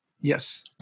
Yes